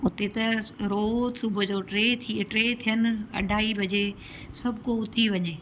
हुते त रोज सुबुह जो टे थिए टे थियनि अढाई बजे सभ को उथी वञे